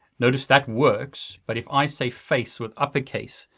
notice that works, but if i say face with uppercase,